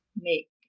make